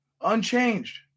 unchanged